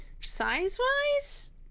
size-wise